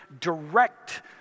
direct